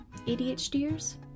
ADHDers